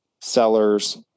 sellers